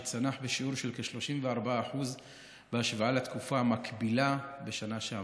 שצנח בשיעור של כ-34% בהשוואה לתקופה המקבילה בשנה שעברה.